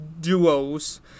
duos